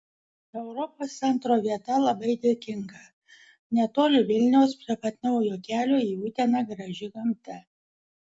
europos centro vieta labai dėkinga netoli vilniaus prie pat naujo kelio į uteną graži gamta